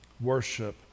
worship